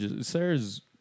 Sarah's